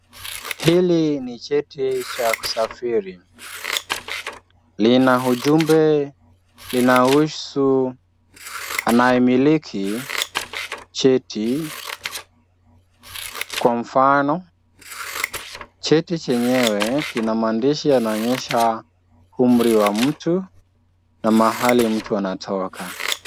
Hili ni cheti cha kusafiri. Lina ujumbe linaohusu anayemiliki cheti. Kwa mfano cheti chenyewe kina maandishi yanaonyesha umri wa mtu na mahali mtu anatoka.